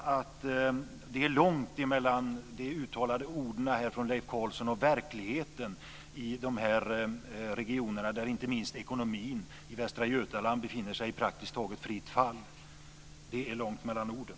Det är långt mellan de uttalade orden från Leif Carlson och verkligheten i de här regionerna, inte minst i Västra Götaland där ekonomin praktiskt taget befinner sig i fritt fall. Det är långt mellan orden.